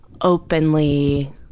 openly